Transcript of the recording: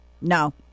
No